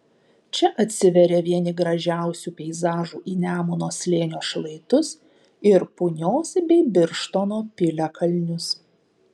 čia atsiveria vieni gražiausių peizažų į nemuno slėnio šlaitus ir punios bei birštono piliakalnius